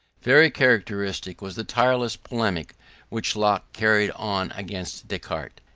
very characteristic was the tireless polemic which locke carried on against descartes.